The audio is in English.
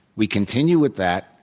we continue with that.